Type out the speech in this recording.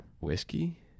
Whiskey